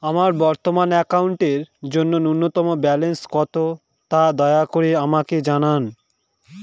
আমার বর্তমান অ্যাকাউন্টের জন্য ন্যূনতম ব্যালেন্স কত, তা দয়া করে আমাকে জানান